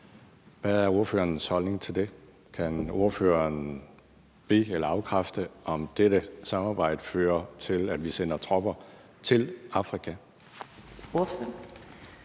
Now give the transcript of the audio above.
Hvad er ordførerens holdning til det? Kan ordføreren be- eller afkræfte, om dette samarbejde fører til, at vi sender tropper til Afrika?